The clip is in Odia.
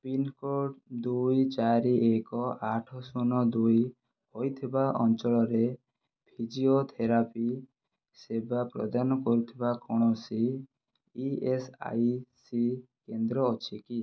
ପିନ୍କୋଡ଼୍ ଦୁଇ ଚାରି ଏକ ଆଠ ଶୂନ ଦୁଇ ହୋଇଥିବା ଅଞ୍ଚଳରେ ଫିଜିଓଥେରାପି ସେବା ପ୍ରଦାନ କରୁଥିବା କୌଣସି ଇଏସ୍ଆଇସି କେନ୍ଦ୍ର ଅଛି କି